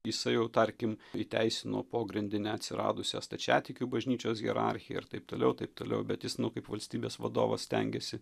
jisai jau tarkim įteisino pogrindinę atsiradusią stačiatikių bažnyčios hierarchiją ir taip toliau taip toliau bet jis nu kaip valstybės vadovas stengėsi